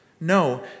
No